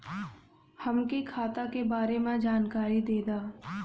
हमके खाता के बारे में जानकारी देदा?